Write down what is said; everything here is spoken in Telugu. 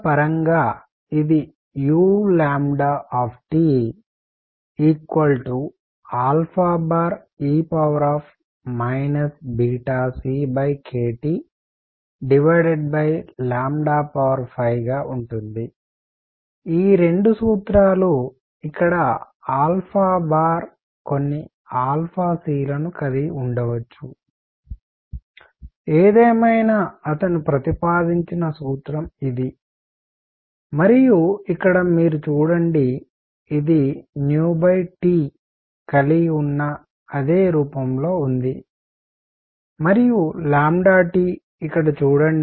పరంగా ఇది ue ckT5గా ఉంటుంది ఈ రెండు సూత్రాలు ఇక్కడ కొన్ని c లను కలిగి ఉండవచ్చు ఏదేమైనా అతను ప్రతిపాదించిన సూత్రం ఇది మరియు ఇక్కడ మీరు చూడండి ఇది T కలిగి ఉన్న అదే రూపంలో ఉంది మరియు T ఇక్కడ చూడండి